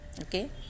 okay